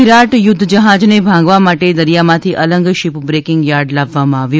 વિરાટ યુદ્ધ જહાજને ભાંગવા માટે દરિયામાંથી અલંગ શીપ બ્રેકિંગ યાર્ડ લાવવામાં આવ્યું